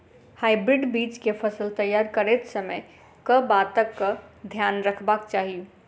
Hybrid बीज केँ फसल तैयार करैत समय कऽ बातक ध्यान रखबाक चाहि?